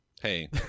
Hey